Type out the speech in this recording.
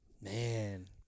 Man